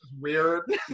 weird